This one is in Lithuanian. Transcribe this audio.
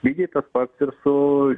lygiai tas pats ir su